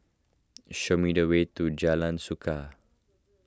show me the way to Jalan Suka